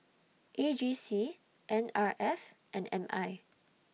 A G C N R F and M I